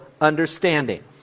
understanding